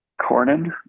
Cornyn